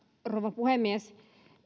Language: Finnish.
rouva puhemies